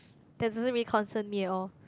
that doesn't really concern me at all